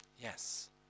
Yes